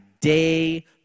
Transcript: day